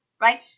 right